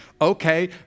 Okay